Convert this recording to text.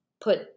put